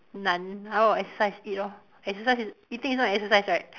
none how about exercise eat lor exercise is eating is not an exercise right